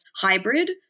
hybrid